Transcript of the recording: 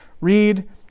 read